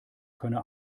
könne